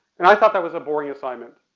and i thought that was a boring assignment.